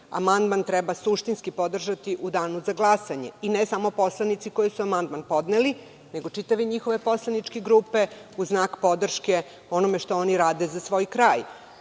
amandman treba suštinski podržati u Danu za glasanje. I ne samo poslanici koji su amandman podneli, nego čitave njihove poslaničke grupe u znak podrške onome što oni rade za svoj kraj.